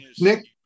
Nick